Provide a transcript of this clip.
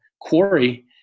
quarry